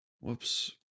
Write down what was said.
Whoops